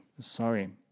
Sorry